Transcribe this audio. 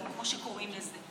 כמו שקוראים לזה.